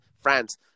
France